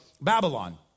Babylon